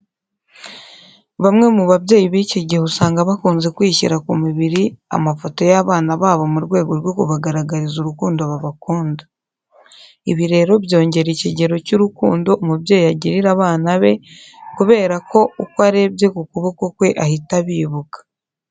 Bamwe mu babyeyi b'iki gihe usanga bakunze kwishyira ku mibiri amafoto y'abana babo mu rwego rwo kubagaragariza urukundo babakunda. Ibi rero byongera ikigero cy'urukundo umubyeyi agirira abana be, kubera ko uko arebye ku kuboko kwe ahita abibuka.